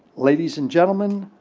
ladies and gentleman,